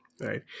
right